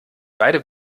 beide